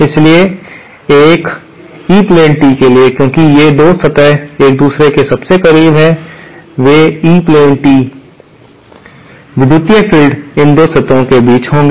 इसलिए एक E plane T के लिए क्योंकि ये 2 सतहें एक दूसरे के सबसे करीब हैं वे ई प्लेन टी विद्युतीय फ़ील्ड इन 2 सतहों के बीच होंगे